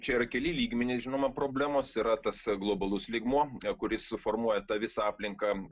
čia yra keli lygmenys žinoma problemos yra tas globalus lygmuo kuris suformuoja tą visą aplinką